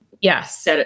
Yes